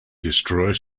destroyer